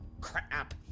crap